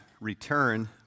return